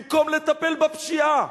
במקום לטפל בפשיעה.